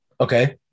okay